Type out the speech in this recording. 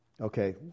Okay